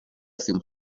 سیم